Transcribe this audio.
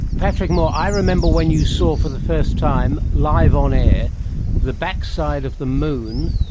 patrick moore, i remember when you saw for the first time live on air the backside of the moon,